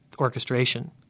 orchestration